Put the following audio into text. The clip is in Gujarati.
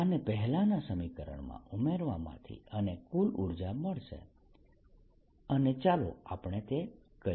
આને પહેલાના સમીકરણમાં ઉમેરવામાંથી મને કુલ ઉર્જા મળશે અને ચાલો આપણે તે કરીએ